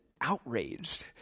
outraged